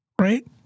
Right